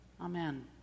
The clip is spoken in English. Amen